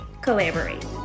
collaborate